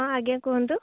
ହଁ ଆଜ୍ଞା କୁହନ୍ତୁ